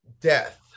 death